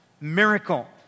miracle